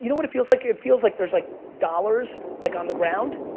you know what it feels like, it feels like there's like dollars like on the ground,